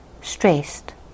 stressed